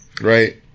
Right